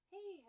Hey